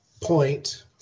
point